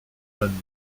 l’année